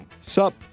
Sup